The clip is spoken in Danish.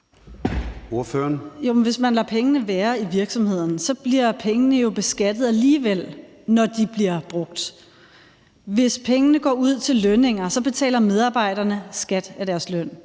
hvis man lader pengene være i virksomheden, bliver pengene jo beskattet alligevel, når de bliver brugt. Hvis pengene går ud til lønninger, betaler medarbejderne skat af deres løn.